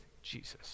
Jesus